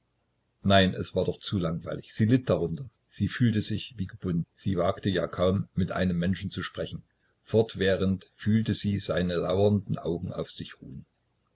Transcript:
nein es war doch zu langweilig sie litt darunter sie fühlte sich wie gebunden sie wagte ja kaum mit einem menschen zu sprechen fortwährend fühlte sie seine lauernden augen auf sich ruhen